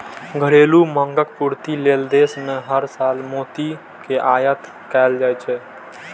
घरेलू मांगक पूर्ति लेल देश मे हर साल मोती के आयात कैल जाइ छै